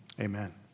amen